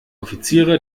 offiziere